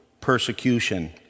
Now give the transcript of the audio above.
persecution